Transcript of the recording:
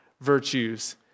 virtues